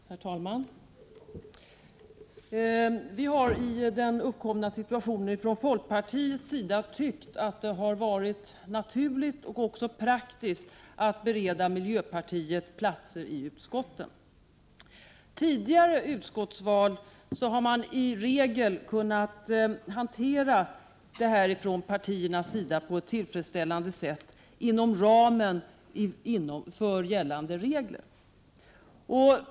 Herr talman! Vi har i den uppkomna situationen från folkpartiets sida tyckt att det har varit naturligt och även praktiskt att bereda miljöpartiet platser i utskotten. Vid tidigare utskottsval har partierna i regel kunnat hantera denna fråga på ett tillfredsställande sätt inom ramen för gällande regler.